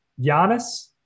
Giannis –